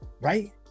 Right